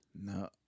No